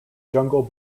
jungle